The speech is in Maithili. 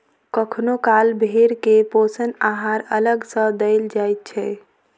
कखनो काल भेंड़ के पोषण आहार अलग सॅ देल जाइत छै